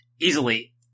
easily